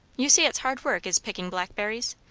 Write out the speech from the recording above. you see, it's hard work, is picking blackberries.